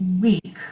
week